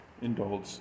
Indulge